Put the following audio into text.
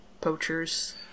poachers